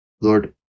Lord